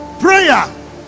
prayer